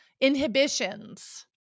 inhibitions